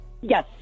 Yes